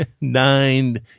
Nine